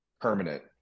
permanent